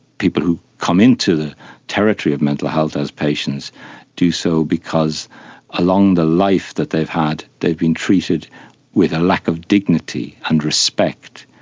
people who come into the territory of mental health as patients do so because along the life that they've had they've been treated with a lack of dignity and respect,